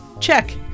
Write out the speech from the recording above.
Check